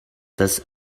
das